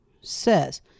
says